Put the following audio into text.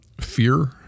fear